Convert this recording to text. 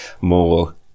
more